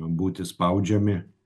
būti spaudžiami